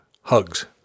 Hugs